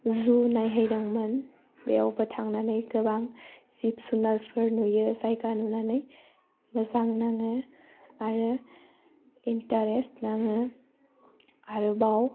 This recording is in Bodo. जु नायहैदोंमोन बेयावबो थांनानै गोबां जिब जुनारफोर नुयो जायगा नुनानै मोजां नाङो आरो इन्टारेस्ट नाङो आरोबाव